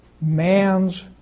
man's